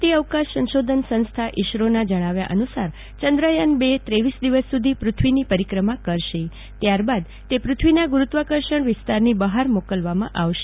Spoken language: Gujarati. ભારતીય અવકાશ સંશોધન સંસ્થા ઈસરોના જણાવ્યા અનુસાર ચંદ્રયાન ર ત્રેવીસ દિવસ સુધી પૃથ્વીની પરિક્રમા કરશે ત્યાર બાદ તે પૃથ્વીના ગુરુત્વાકર્ષણ વિસ્તરથી બહાર મોકલવામાં આવશે